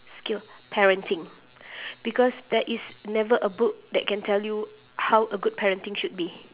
skill parenting because there is never a book that can tell you how a good parenting should be